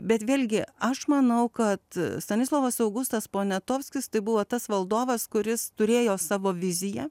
bet vėlgi aš manau kad stanislovas augustas poniatovskis tai buvo tas valdovas kuris turėjo savo viziją